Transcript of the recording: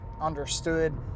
understood